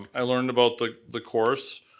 i learned about the the course.